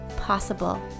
possible